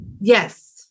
Yes